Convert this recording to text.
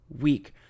week